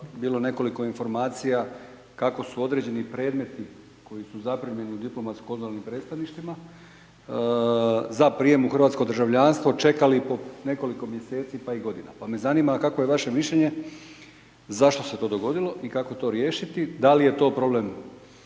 bilo nekoliko informacija kako su određeni predmeti koji su zaprimljeni u diplomatsko konzularnim predstavništvima za prijem u hrvatsko državljanstvo čekali i po nekoliko mjeseci pa i godina. Pa me zanima kakvo je vaše mišljenje zašto se to dogodilo i kako to riješiti? Da li je to problem